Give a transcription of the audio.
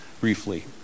briefly